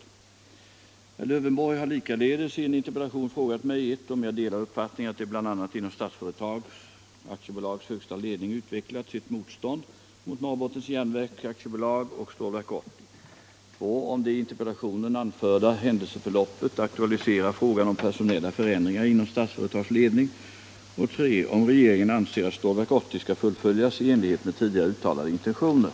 Herr Lövenborg har likaledes i en interpellation frågat mig 1. om jag delar uppfattningen att det bl.a. inom Statsföretag AB:s högsta ledning utvecklats ett motstånd mot Norrbottens Järnverk AB och Stålverk 80, 3. om regeringen anser att Stålverk 80 skall fullföljas i enlighet med tidigare uttalade intentioner.